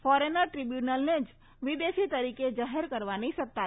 foreigner ટ્રીબ્યુનલને જ વિદેશી તરીકે જાહેર કરવાની સત્તા છે